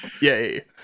yay